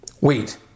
Wait